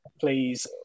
please